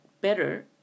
better